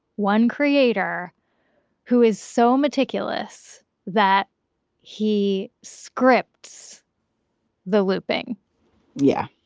one creator who is so meticulous that he scripts the looping yeah.